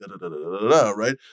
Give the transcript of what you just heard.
Right